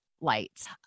lights